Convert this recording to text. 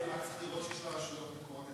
רק צריך לראות שיש לרשויות המקומיות,